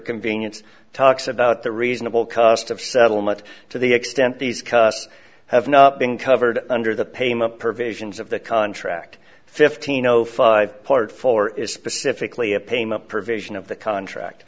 convenience talks about the reasonable cost of settlement to the extent these costs have not been covered under the payment provisions of the contract fifteen zero five part four is specifically a payment provision of the contract